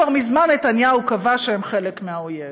כבר מזמן נתניהו קבע שהם חלק מהאויב.